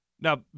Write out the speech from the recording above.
now